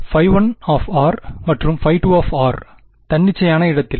1 மற்றும்2 தன்னிச்சையான இடத்தில்